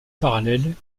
parallèle